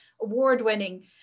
award-winning